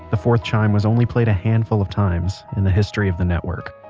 the fourth chime was only played a handful of times in the history of the network.